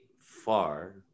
far